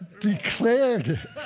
declared